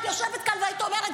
היית יושבת כאן והיית אומרת